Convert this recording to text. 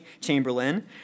chamberlain